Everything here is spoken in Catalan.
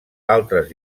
altres